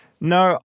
No